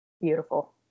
beautiful